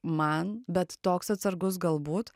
man bet toks atsargus galbūt